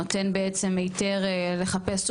שנותן בעצם היתר לחפש.